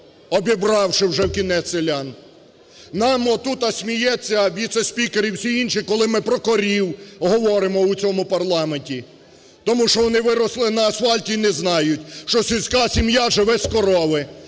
обібравши вже вкінець селян. Нам тут, сміється віце-спікер і всі інші, коли ми корів говоримо у цьому парламенті, тому що вони виросли на асфальті і не знають, що сільська сім'я живе з корови,